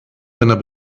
seiner